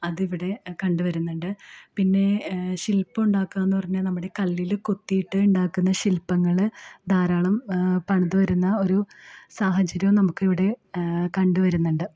അതിവിടെ കണ്ടു വരുന്നുണ്ട് പിന്നേ ശില്പം ഉണ്ടാക്കുക എന്നു പറഞ്ഞാൽ നമ്മുടെ കല്ലിൽ കൊത്തിയിട്ട് ഉണ്ടാകുന്ന ശില്പങ്ങൾ ധാരാളം പണിതു വരുന്ന ഒരു സാഹചര്യവും നമുക്കിവിടെ കണ്ടുവരുന്നുണ്ട്